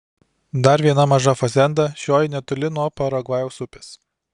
dar viena maža fazenda šioji netoli nuo paragvajaus upės